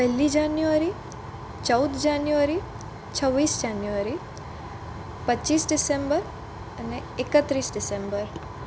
પેલ્લી January ચૌદ January છવીસ January પચીસ ડિસેમ્બર અને એકત્રીસ ડિસેમ્બર